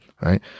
right